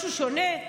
משהו שונה?